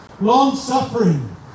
long-suffering